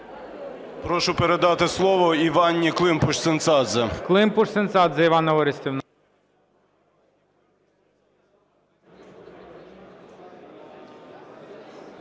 Прошу передати слово Іванні Климпуш-Цинцадзе.